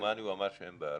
כמדומני, הוא אמר שהם בארץ.